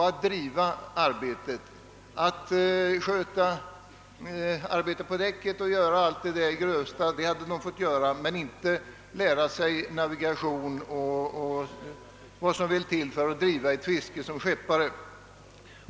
Araberna hade fått utföra arbetet på däck och göra de grövsta sysslorna, men de hade inte fått lära sig navigation och vad som behövs för att driva ett fiske som skeppare.